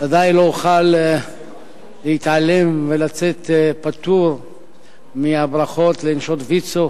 ודאי לא אוכל להתעלם ולצאת פטור מהברכות לנשות ויצו.